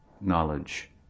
knowledge